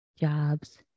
jobs